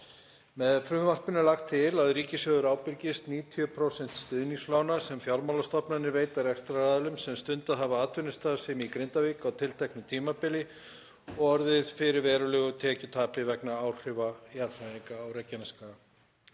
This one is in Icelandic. Með frumvarpinu er lagt til að ríkissjóður ábyrgist 90% stuðningslána sem fjármálastofnanir veita rekstraraðilum sem stundað hafa atvinnustarfsemi í Grindavík á tilteknu tímabili og orðið fyrir verulegu tekjutapi vegna áhrifa jarðhræringanna á Reykjanesskaga.